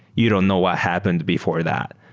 you don't know what happened before that.